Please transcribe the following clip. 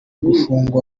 gufungwa